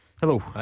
Hello